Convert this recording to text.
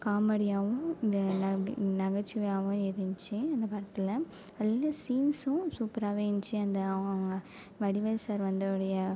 காமெடியாகவும் நகைச்சுவையாகவும் இருந்துச்சி அந்த படத்தில் அதில் சீன்ஸும் சூப்பராகவே இருந்துச்சி அந்த அவங்கவங்க வடிவேல் சார் வந்தவுடைய